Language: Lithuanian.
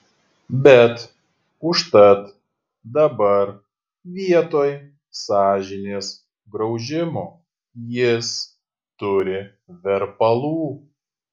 bet užtat dabar vietoj sąžinės graužimo jis turi verpalų